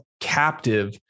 captive